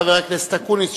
חבר הכנסת אקוניס,